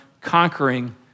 conquering